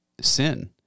sin